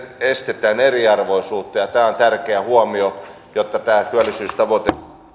estetään eriarvoisuutta tämä on tärkeä huomio jotta tämä työllisyystavoite